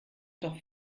doch